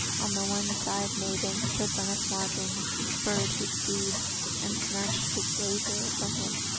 on the one side, mabon, the son of modron, spurred his steed and snatched his razor from him,